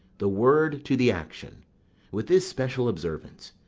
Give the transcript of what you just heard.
the word to the action with this special observance,